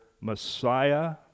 Messiah